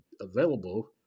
available